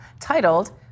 titled